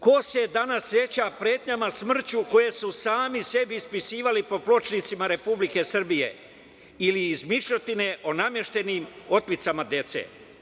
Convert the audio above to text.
Ko se danas seća pretnji smrću koje su sami sebi ispisivali po pločnicima Republike Srbije, ili izmišljotine o nameštenim otmicama dece?